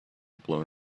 blown